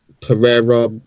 Pereira